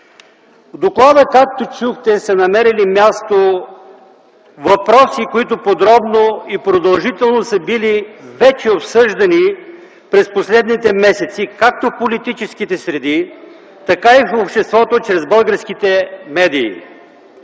В доклада, както чухте, са намерили място въпроси, които подробно и продължително са били вече обсъждани през последните месеци – както в политическите среди, така и в обществото чрез българските медии.